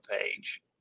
page